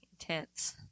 Intense